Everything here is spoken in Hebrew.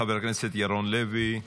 חבר הכנסת ירון לוי.